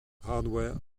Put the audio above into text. hardware